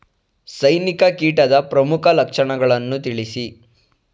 ಸೈನಿಕ ಕೀಟದ ಪ್ರಮುಖ ಲಕ್ಷಣಗಳನ್ನು ತಿಳಿಸಿ?